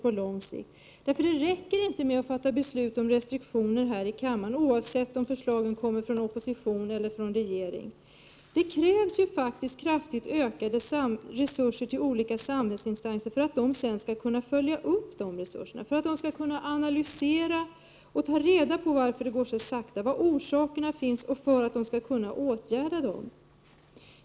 Det är nämligen inte tillräckligt att enbart fatta beslut här i kammaren om restriktioner — oavsett om förslagen i fråga kommer från oppositionen eller från regeringen —, utan det krävs faktiskt kraftigt ökade resurser till olika samhällsinstanser för att dessa sedan skall kunna göra en uppföljning och analysera det hela. De måste ju ta reda på varför det går så sakta. Annars vet man inte vilka åtgärder som behöver vidtas.